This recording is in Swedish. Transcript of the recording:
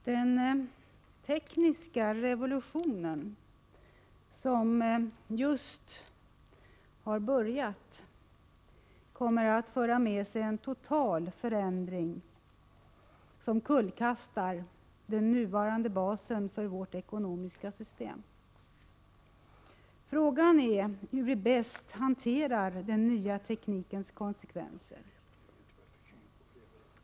Herr talman! Den tekniska revolutionen, som just tagit sin början, kommer att föra med sig en total förändring, som kullkastar den nuvarande basen för vårt ekonomiska system. Frågan är hur vi bäst hanterar den nya teknikens konsekvenser.